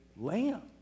lamb